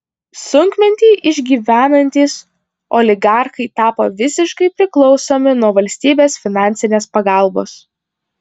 sunkmetį išgyvenantys oligarchai tapo visiškai priklausomi nuo valstybės finansinės pagalbos